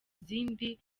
izindi